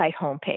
homepage